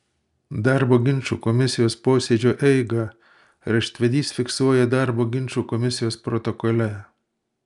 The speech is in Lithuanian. darbo ginčų komisijos posėdžio eigą raštvedys fiksuoja darbo ginčų komisijos protokole